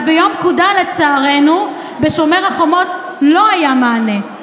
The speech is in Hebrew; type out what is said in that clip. אז ביום פקודה, לצערנו, בשומר החומות לא היה מענה.